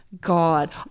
God